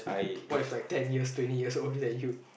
what if like ten years twenty years older than you